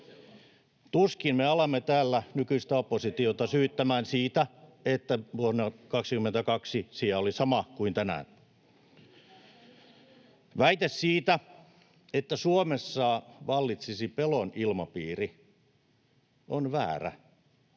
Tuskin me alamme täällä nykyistä oppositiota syyttämään siitä, että vuonna 22 sija oli sama kuin tänään. Väite siitä, että Suomessa vallitsisi pelon ilmapiiri, on väärä.